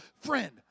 Friend